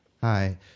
Hi